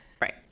right